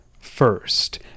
first